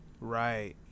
Right